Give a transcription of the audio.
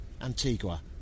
Antigua